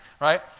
right